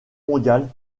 mondiale